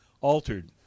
altered